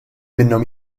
minnhom